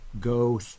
go